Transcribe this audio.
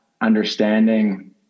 understanding